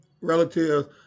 relatives